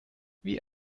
wie